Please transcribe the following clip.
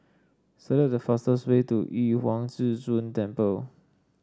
select the fastest way to Yu Huang Zhi Zun Temple